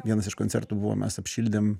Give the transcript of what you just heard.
vienas iš koncertų buvo mes apšildėm